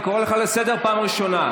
אני קורא אותך לסדר בפעם הראשונה.